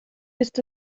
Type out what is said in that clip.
ist